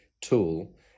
tool